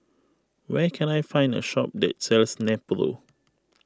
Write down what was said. where can I find a shop that sells Nepro